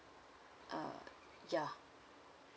uh yeah